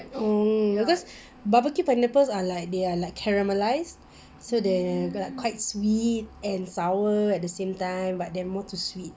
oh because barbecue pineapples are like they are like caramelised so they quite sweet and sour at the same time but they're not too sweet